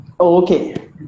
okay